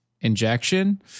injection